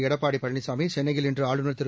எடப்பாடி பழனிசாமி சென்னையில் இன்று ஆளுநர் திரு